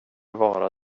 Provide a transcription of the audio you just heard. vara